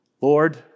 Lord